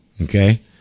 okay